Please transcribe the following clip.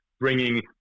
bringing